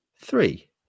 three